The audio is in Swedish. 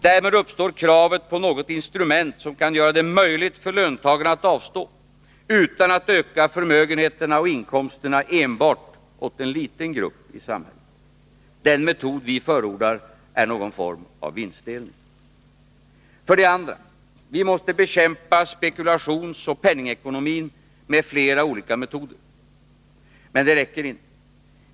Därmed uppstår kravet på något instrument som kan göra det möjligt för löntagarna att avstå utan att öka förmögenheterna och inkomsterna enbart åt en liten grupp i samhället. Den metod vi förordar är någon form av vinstdelning. För det andra: Vi måste bekämpa spekulationsoch penningekonomin med flera olika metoder — men det räcker inte.